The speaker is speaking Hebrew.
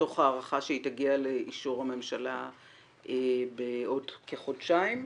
תוך הערכה שהיא תגיע לאישור הממשלה בעוד כחודשיים.